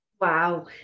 Wow